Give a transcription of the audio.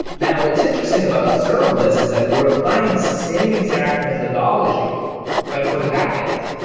now, what's interesting about serverless is that we're applying the same exact methodology but for the backend.